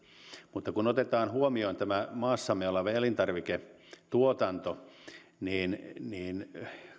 mutta kun otetaan huomioon maassamme oleva elintarviketuotanto niin niin